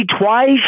twice